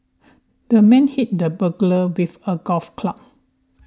the man hit the burglar with a golf club